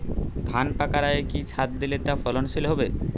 ধান পাকার আগে কি সার দিলে তা ফলনশীল হবে?